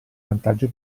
vantaggio